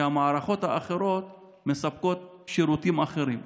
כי המערכות האחרות מספקות שירותים אחרים.